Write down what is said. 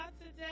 today